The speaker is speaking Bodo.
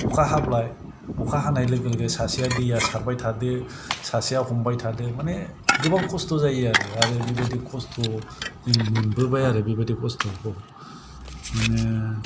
अखा हाबाय अखा हानाय लोगो लोगो सासेआ दैआ सारबाय थादो सासेआ हमबाय थादो माने गोबां खस्त' जायो आरो आरो बेबायदि खस्त' जों मोनबोबाय आरो बेबायदि खस्त'खौ माने